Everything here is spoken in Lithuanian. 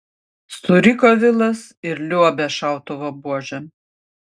suriko vilas ir liuobė šautuvo buože